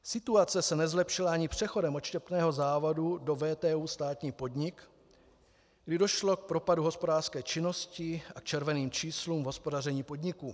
Situace se nezlepšila ani přechodem odštěpného závodu do VTÚ, státní podnik, kdy došlo k propadu hospodářské činnosti a červeným číslům v hospodaření podniku.